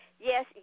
Yes